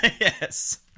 Yes